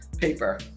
paper